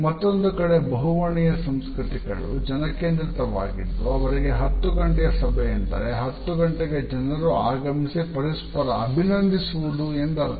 ಮತ್ತೊಂದು ಕಡೆ ಬಹುವರ್ಣೀಯ ಸಂಸ್ಕೃತಿಗಳು ಜನ ಕೇಂದ್ರಿತವಾಗಿದ್ದು ಅವರಿಗೆ ಹತ್ತು ಗಂಟೆಯ ಸಭೆ ಎಂದರೆ 10 ಗಂಟೆಗೆ ಜನರು ಆಗಮಿಸಿ ಪರಸ್ಪರ ಅಭಿನಂದಿಸುವುದು ಎಂದರ್ಥ